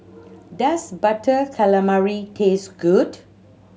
does Butter Calamari taste good